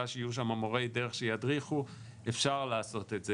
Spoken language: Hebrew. שיהיו שם מורי דרך שידריכו אפשר לעשות את זה.